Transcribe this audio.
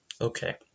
Okay